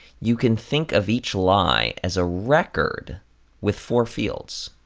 you can think of each lie as a record with four fields.